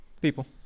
People